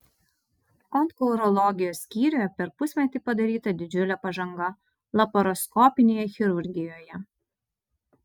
onkourologijos skyriuje per pusmetį padaryta didžiulė pažanga laparoskopinėje chirurgijoje